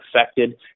affected